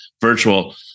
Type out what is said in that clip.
virtual